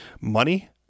Money